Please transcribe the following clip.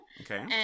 Okay